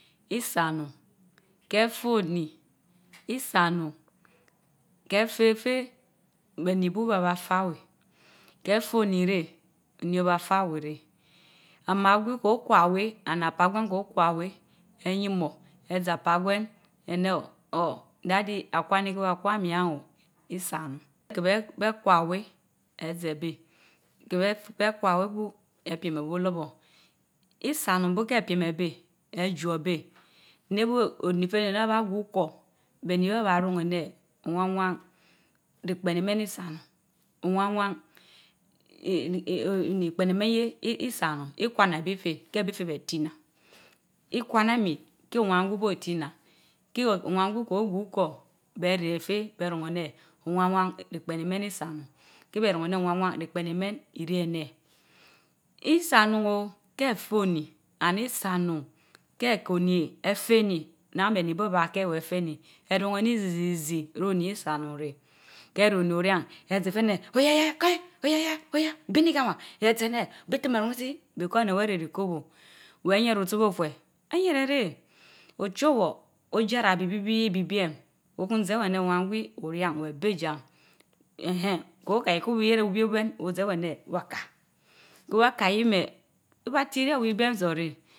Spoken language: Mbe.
Isa onun ke fue Oni, Isa onun, kefer féy béni bu bé ba féa awéh keh fue oni reh, be ni bu bey ba fa awey réh amaagwi ko kwa wéh and apaa gwénko Kwa wén, eyieno ezen apaa gwen aneh oor Daddy, akwani kén wa rewa abécén yen, isa onun. key ben hawa wén, ezie beh, keh beh na weh. bu, epiem eben alo rbor. ismonu bun the piem ébén, éjo ében nen bun oni bey feh neh abad gwo ukor, bé ni béh e ba xiun aneh, Doan wa ripenimenypisa onun, Owan wa jipen imen je isa onun, Ihwana ebifen kén bey ben tinnan. Ikwanami ogar uthor ben réy Fen, bén mun ener Owan wa ripen imen isaonun, ke ben hin aneh owan wa ripen imen ireh aneh Isaonun ooo ke te oni and ké ko oni afeni the dewen isa onun nnan bé ni bu ebaa bu afenenierum eni zi zizi isa onun réh oni isa onun réh ké réh oni ayien ké zé fáy ané Oya ya ya, ka, Oya ya ya ka oya yaya béh eni bien bi tim erun Isi because éné dén méh ri kubu wa yiere of su beroféh, ayjerén reh. Ochavar Ojara ibi bi biem. Okun zen awéh anch Oyian Diwan gwi weh beh Jia, tko tka itembne yie abie olien teheen ozeh wéy anén wa ká, ko wa ka iyie méh, iba ti o beh ugwen tsó réh.